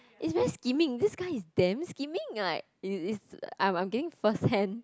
is very scheming this guy is damn scheming like is is I'm I'm getting first hand